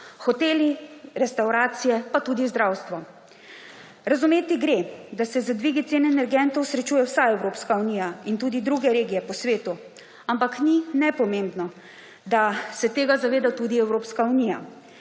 hoteli, restavracije pa tudi zdravstvo. Razumeti gre, da se z dvigi cen energentov srečuje vsa Evropska unija in tudi druge regije po svetu, ampak ni nepomembno, da se tega zaveda tudi Evropska unija.